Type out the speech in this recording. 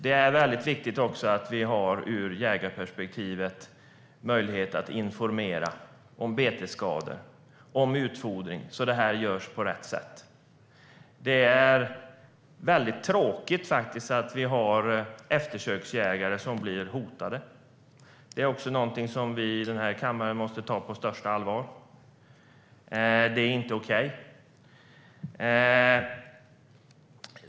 Det är också mycket viktigt att vi ur ett jägarperspektiv har möjlighet att informera om betesskador och om utfodring, så att det görs på rätt sätt. Det är mycket tråkigt att vi har eftersöksjägare som blir hotade. Det är något som vi i den här kammaren måste ta på största allvar. Det är inte okej.